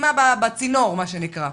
סתימה בצינור מה שנקרא.